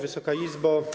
Wysoka Izbo!